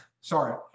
Sorry